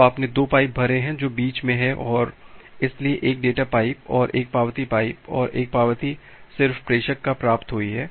तो आपने 2 पाइप भरे हैं जो बीच में हैं और इसलिए एक डेटा पाइप और एक पावती पाइप और एक पावती सिर्फ प्रेषक को प्राप्त हुई है